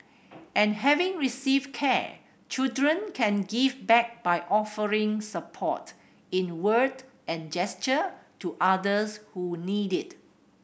and having received care children can give back by offering support in word and gesture to others who need it